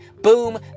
Boom